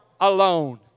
alone